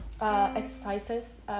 exercises